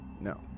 No